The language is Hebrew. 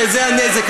שזה הנזק,